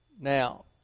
Now